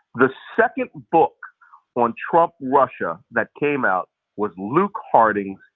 the second book on trump-russia that came out was luke harding's,